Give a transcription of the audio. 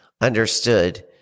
understood